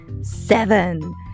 seven